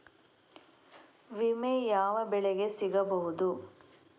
ವಿಮೆ ಯಾವ ಬೆಳೆಗೆ ಸಿಗಬಹುದು?